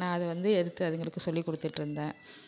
நான் அதை வந்து எடுத்து அதுங்களுக்கு சொல்லி கொடுத்துட்ருந்தேன்